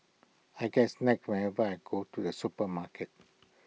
I get whenever I go to the supermarket